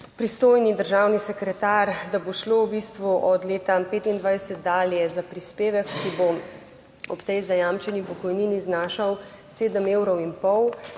državni sekretar, da bo šlo v bistvu od leta 2025 dalje za prispevek, ki bo ob tej zajamčeni pokojnini znašal 7,5 evra,